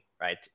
right